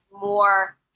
more